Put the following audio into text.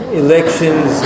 elections